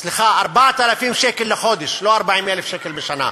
סליחה, 4,000 שקל לחודש, לא 40,000 שקל לשנה.